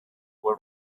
were